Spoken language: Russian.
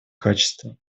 качества